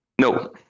No